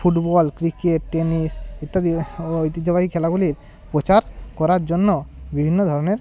football cricket tennis ইত্যাদি ঐতিহ্যবাহী খেলাগুলির প্রচার করার জন্য বিভিন্ন ধরনের